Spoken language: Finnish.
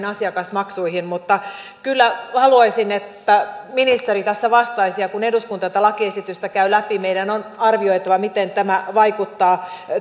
asiakasmaksuihin mutta kyllä haluaisin että ministeri tässä vastaisi ja kun eduskunta tätä lakiesitystä käy läpi meidän on arvioitava miten tämä vaikuttaa